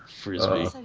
Frisbee